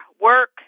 work